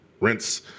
rents